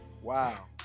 Wow